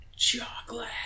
Chocolate